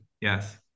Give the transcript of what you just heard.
yes